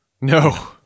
No